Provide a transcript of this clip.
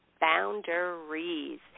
Boundaries